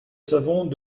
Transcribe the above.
savons